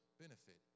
benefit